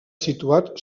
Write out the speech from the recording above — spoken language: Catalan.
situat